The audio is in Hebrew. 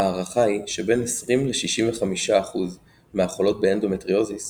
ההערכה היא שבין 20–65% מהחולות באנדומטריוזיס